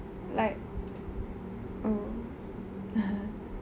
like oh